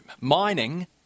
Mining